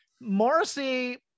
Morrissey